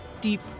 deep